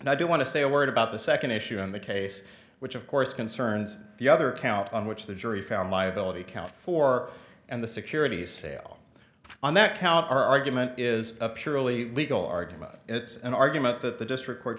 and i do want to say a word about the second issue on the case which of course concerns the other count on which the jury found liability count four and the securities sale on that count are argument is a purely legal argument it's an argument that the district court